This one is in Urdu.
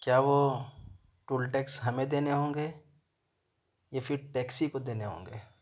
کیا وہ ٹول ٹیکس ہمیں دینے ہوں گے یا پھر ٹیکسی کو دینے ہوں گے